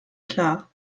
klar